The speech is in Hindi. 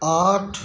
आठ